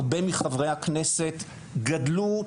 הרבה מחברי הכנסת גדלו,